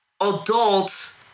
adult